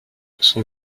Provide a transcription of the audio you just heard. son